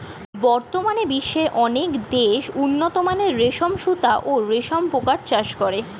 বর্তমানে বিশ্বের অনেক দেশ উন্নতমানের রেশম সুতা ও রেশম পোকার চাষ করে